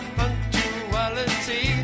punctuality